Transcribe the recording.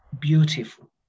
beautiful